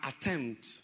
attempt